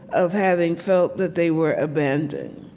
of having felt that they were abandoned.